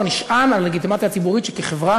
נשען על הלגיטימציה הציבורית שכחברה